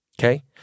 Okay